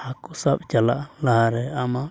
ᱦᱟᱹᱠᱩ ᱥᱟᱵ ᱪᱟᱞᱟᱜ ᱞᱟᱦᱟ ᱨᱮ ᱟᱢᱟᱜ